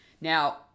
Now